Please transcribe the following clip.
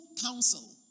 counsel